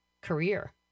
career